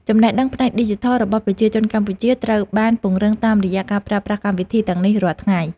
ចំណេះដឹងផ្នែកឌីជីថលរបស់ប្រជាជនកម្ពុជាត្រូវបានពង្រឹងតាមរយៈការប្រើប្រាស់កម្មវិធីទាំងនេះរាល់ថ្ងៃ។